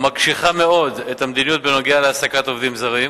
המקשיחה מאוד את המדיניות בנוגע להעסקת עובדים זרים.